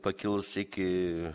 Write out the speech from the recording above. pakils iki